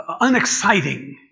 unexciting